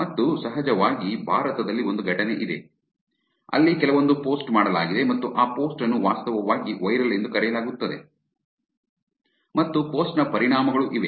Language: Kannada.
ಮತ್ತು ಸಹಜವಾಗಿ ಭಾರತದಲ್ಲಿ ಒಂದು ಘಟನೆ ಇದೆ ಅಲ್ಲಿ ಕೆಲವೊಂದು ಪೋಸ್ಟ್ ಮಾಡಲಾಗಿದೆ ಮತ್ತು ಆ ಪೋಸ್ಟ್ ಅನ್ನು ವಾಸ್ತವವಾಗಿ ವೈರಲ್ ಎಂದು ಕರೆಯಲಾಗುತ್ತದೆ ಮತ್ತು ಪೋಸ್ಟ್ ನ ಪರಿಣಾಮಗಳೂ ಇವೆ